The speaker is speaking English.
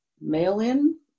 mail-in